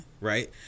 right